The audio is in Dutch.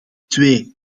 twee